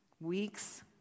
weeks